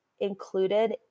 included